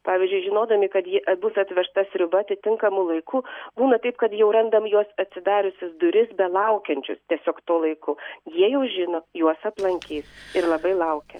pavyzdžiui žinodami kad ji bus atvežta sriuba atitinkamu laiku būna taip kad jau randam juos atsidariusius duris belaukiančius tiesiog tuo laiku jie jau žino juos aplankys ir labai laukia